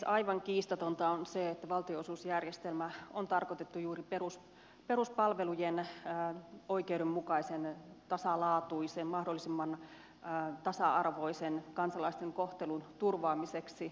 aivan kiistatonta on se että valtionosuusjärjestelmä on tarkoitettu juuri peruspalvelujen oikeudenmukaisen tasalaatuisen kansalaisten mahdollisimman tasa arvoisen kohtelun turvaamiseksi